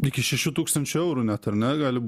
iki šešių tūkstančių eurų net ar ne gali